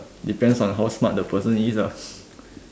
depends on how smart the person is